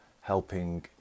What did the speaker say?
helping